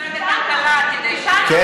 נתנו כסף של משרד הכלכלה כדי,